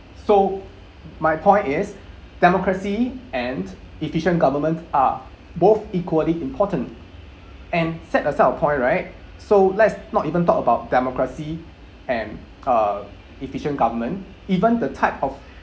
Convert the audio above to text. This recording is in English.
so my point is democracy and efficient government are both equally important and set aside of point right so let's not even talk about democracy and uh efficient government even the type of